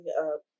up